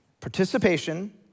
Participation